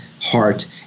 heart